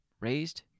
Raised